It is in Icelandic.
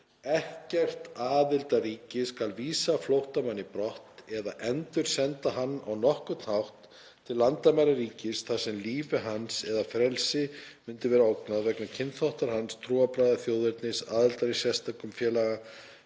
„Ekkert aðildarríki skal vísa flóttamanni brott eða endursenda hann á nokkurn hátt til landamæra ríkis, þar sem lífi hans eða frelsi mundi vera ógnað vegna kynþáttar hans, trúarbragða, þjóðernis, aðildar í sérstökum